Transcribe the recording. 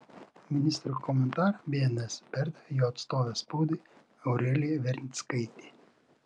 ministro komentarą bns perdavė jo atstovė spaudai aurelija vernickaitė